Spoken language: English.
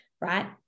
right